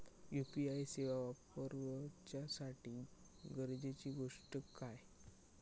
UPI सेवा वापराच्यासाठी गरजेचे गोष्टी काय?